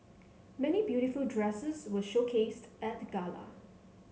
many beautiful dresses were showcased at the gala